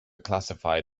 classify